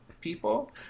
people